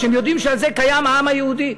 הם יודעים שעל זה קיים העם היהודי.